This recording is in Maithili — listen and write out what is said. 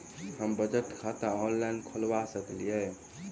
हम बचत खाता ऑनलाइन खोलबा सकलिये?